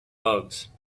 bugs